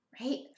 right